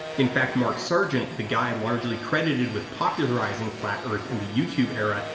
in fact mark sargent, the guy largely credited with popularizing flat earth in the youtube era,